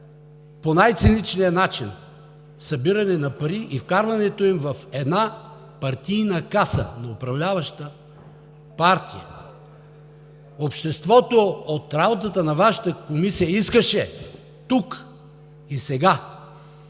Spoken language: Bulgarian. по най-циничния начин събиране на пари и вкарването им в една партийна каса на управляваща партия? Обществото от работата на Вашата комисия искаше тук и сега